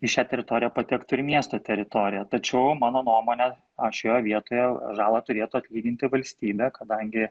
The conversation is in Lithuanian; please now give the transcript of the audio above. į šią teritoriją patektų ir miesto teritorija tačiau mano nuomone a šioje vietoje žalą turėtų atlyginti valstybė kadangi